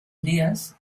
días